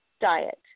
diet